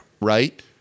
right